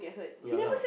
ya lah